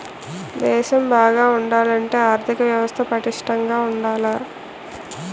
దేశం బాగా ఉండాలంటే ఆర్దిక వ్యవస్థ పటిష్టంగా ఉండాల